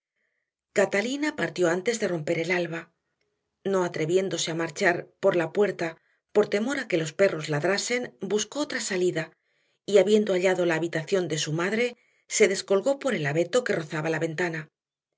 catalina partió antes de romper el alba no atreviéndose a marchar por la puerta por temor a que los perros ladrasen buscó otra salida y habiendo hallado la habitación de su madre se descolgó por el abeto que rozaba la ventana